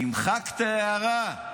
תמחק את ההערה.